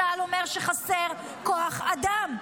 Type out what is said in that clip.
צה"ל אומר שחסר כוח אדם.